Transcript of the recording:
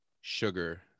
sugar